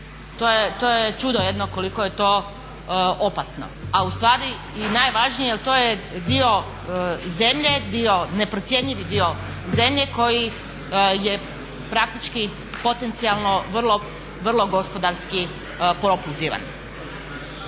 To je čudo jedno koliko je to opasno, a ustvari i najvažnije jer to je dio zemlje, neprocjenjivi dio zemlje koji je praktički potencijalno vrlo gospodarski propulzivan.